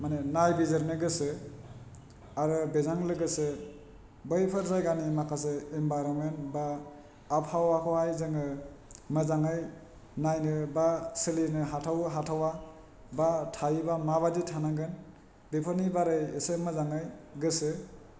मानि नायबिजिरनो गोसो आरो बेजों लोगोसे बैफोर जायगानि माखासे इनबाइरनमेन्ट बा आबहावाखौहाय जोङो मोजाङै नायनो बा सोलिनो हाथावो हाथावा बा थायोबा माबादि थानांगोन बेफोरनि बारै एसे मोजाङै गोसो